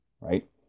right